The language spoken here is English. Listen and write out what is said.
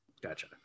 Gotcha